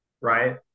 right